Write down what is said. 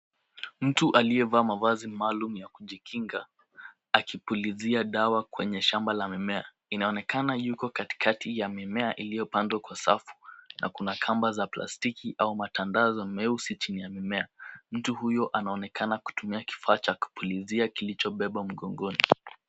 Mtu aliyevaa mavazi maalum ya kujikinga, akipulizia dawa kwenye shamba la mimea. Inaonekana yuko katikati ya mimea iliyopandwa kwa safu na kuna kamba za plastiki au matandazo meusi chini ya mimea. Mtu huyo anaonekana kutumia kifaa cha kupulizia kilichobebwa mgongoni.